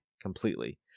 completely